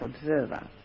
observer